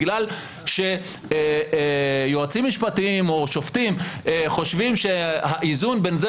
בגלל שיועצים משפטיים או שופטים חושבים שהאיזון בין זה